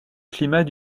climat